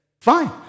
Fine